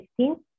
16